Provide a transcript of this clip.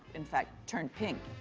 in fact, turned pink.